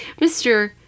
Mr